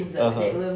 (uh huh)